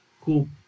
Cool